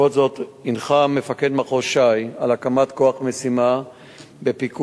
הנחה מפקד מחוז ש"י על הקמת כוח משימה בפיקוד